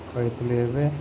କରିଥିଲି ଏବେ